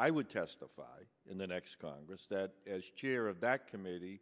i would testify in the next congress that as chair of that committee